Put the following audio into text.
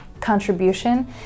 contribution